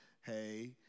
Hey